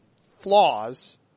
flaws